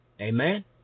Amen